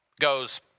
goes